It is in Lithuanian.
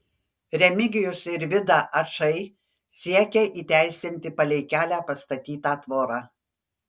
remigijus ir vida ačai siekia įteisinti palei kelią pastatytą tvorą